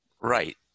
Right